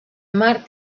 mar